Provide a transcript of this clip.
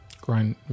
Grind